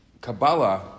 Kabbalah